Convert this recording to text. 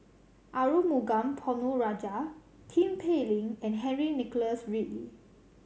Arumugam Ponnu Rajah Tin Pei Ling and Henry Nicholas Ridley